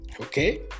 okay